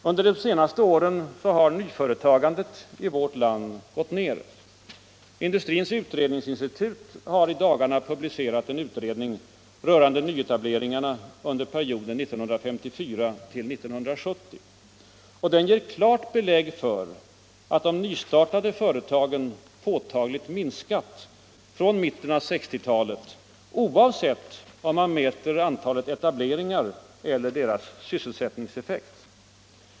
Under de senaste åren har nyföretagandet i vårt land gått ned. Industrins utredningsinstitut har i dagarna publicerat en utredning rörande nyetableringarna under perioden 1954-1970. Den ger klart belägg för att de nystartade företagen påtagligt minskat från mitten av 1960-talet, oavsett om man mäter antalet etableringar eller deras sysselsättningseffekt.